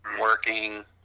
working